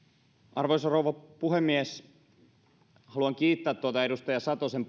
arvoisa rouva puhemies haluan kiittää tuosta edustaja satosen